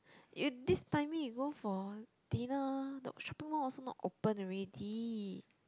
you this timing you go for dinner the shopping mall also not open already